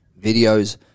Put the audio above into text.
videos